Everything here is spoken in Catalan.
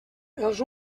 els